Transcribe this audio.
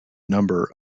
number